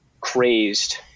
crazed